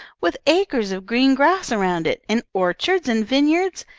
with acres of green grass around it, and orchards and vine-yards,